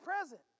present